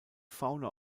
fauna